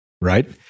Right